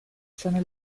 sono